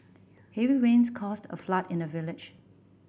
heavy rains caused a flood in the village